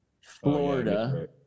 Florida